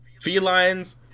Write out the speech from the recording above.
felines